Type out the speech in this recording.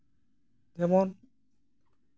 ᱡᱮᱢᱚᱱ